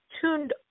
tuned